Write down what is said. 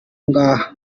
ngaha